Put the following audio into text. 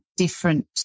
different